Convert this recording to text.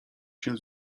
się